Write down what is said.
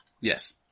Yes